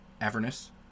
Avernus